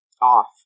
off